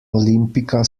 olimpica